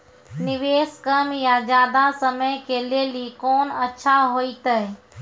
निवेश कम या ज्यादा समय के लेली कोंन अच्छा होइतै?